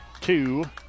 two